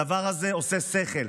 הדבר הזה עושה שכל.